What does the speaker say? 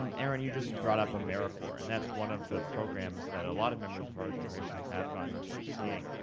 um aaron, you just brought up americorps, and that's one of the programs that a lot of members of our generation have gone into seeing,